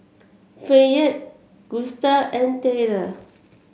Fayette Gusta and Tayler